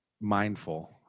mindful